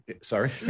Sorry